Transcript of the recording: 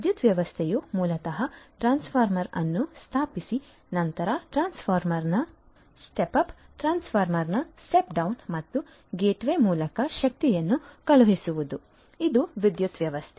ವಿದ್ಯುತ್ ವ್ಯವಸ್ಥೆಯು ಮೂಲತಃ ಟ್ರಾನ್ಸ್ಫಾರ್ಮರ್ ಅನ್ನು ಸ್ಥಾಪಿಸಿ ನಂತರ ಟ್ರಾನ್ಸ್ಫಾರ್ಮರ್ನ ಸ್ಟೆಪ್ ಅಪ್ ಟ್ರಾನ್ಸ್ಫಾರ್ಮರ್ನ ಸ್ಟೆಪ್ ಡೌನ್ ಮತ್ತು ಗೇಟ್ವೇ ಮೂಲಕ ಶಕ್ತಿಯನ್ನು ಕಳುಹಿಸುವುದು ಇದು ವಿದ್ಯುತ್ ವ್ಯವಸ್ಥೆ